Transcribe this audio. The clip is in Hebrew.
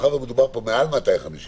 להתייחס